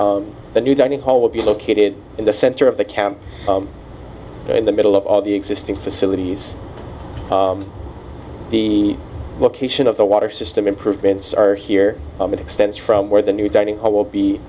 scouts the new dining hall will be located in the center of the camp in the middle of all the existing facilities the location of the water system improvements are here it extends from where the new dining hall will be